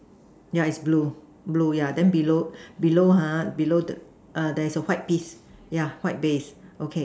yeah it's blue blue yeah then below below ha below the err there is a white piece yeah white base okay